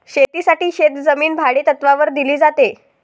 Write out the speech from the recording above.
शेतीसाठी शेतजमीन भाडेतत्त्वावर दिली जाते